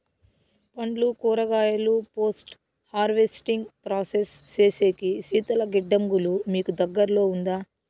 పండ్లు కూరగాయలు post harvesting process సేసేకి శీతల గిడ్డంగులు మీకు దగ్గర్లో ఉందా?